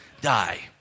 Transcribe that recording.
die